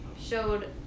showed